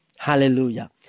Hallelujah